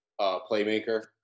playmaker